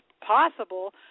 possible